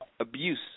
Abuse